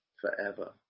forever